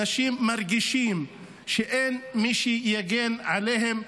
אנשים מרגישים שאין מי שיגן עליהם,